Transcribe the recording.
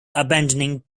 abandoning